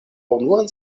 unuan